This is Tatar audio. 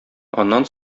аннан